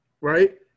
right